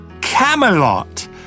Camelot